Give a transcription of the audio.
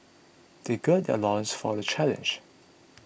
they gird their loins for the challenge